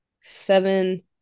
seven